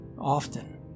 Often